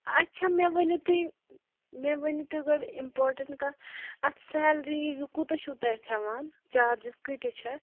اچھا مےٚ ؤنِو تُہۍ مےٚ ؤنِو تُہۍ گۄڈٕ اِمپاٹنٛٹ کَتھ اَتھ سٮ۪لری یہِ کوٗتاہ چھُو تُہۍ اَتھ ہٮ۪وان چارجِز کۭتیٛاہ چھِ اَتھ